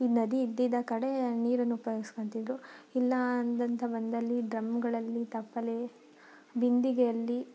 ಈ ನದಿ ಇದ್ದಿದ್ದ ಕಡೆ ನೀರನ್ನು ಉಪಯೋಗಿಸ್ಕೊತಿದ್ರು ಇಲ್ಲ ಅಂತ ಬಂದಲ್ಲಿ ಡ್ರಮ್ಗಳಲ್ಲಿ ತಪ್ಪಲೆ ಬಿಂದಿಗೆಯಲ್ಲಿ